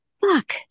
Fuck